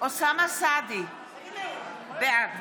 אוסאמה סעדי, בעד